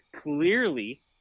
clearly